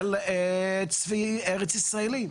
של צבי ארץ ישראלי.